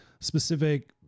specific